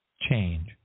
change